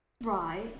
Right